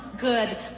good